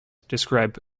describe